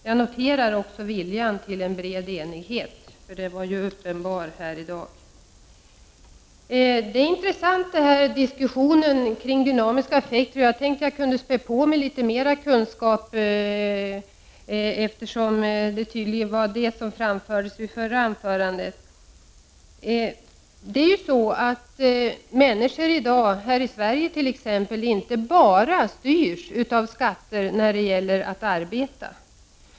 Jag noterar också viljan till en bred enighet, en vilja som har varit uppenbar här i dag. Diskussionen kring dynamiska effekter är intressant. I det förra anförandet delgavs vi en del kunskaper därom, och jag kan späda på med ytterligare några. Människor i Sverige styrs inte bara av de skatter de får betala när det gäller viljan att arbeta.